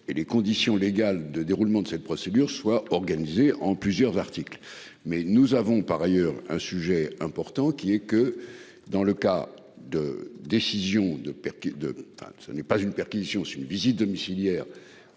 et les conditions légales de déroulement de cette procédure soit organisé en plusieurs articles mais nous avons par ailleurs un sujet important qui est que dans le cas de décision de Perquis de ce n'est pas une perquisition. C'est une visite domiciliaire,